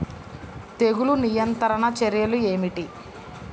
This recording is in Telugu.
తెగులు నియంత్రణ చర్యలు ఏమిటి?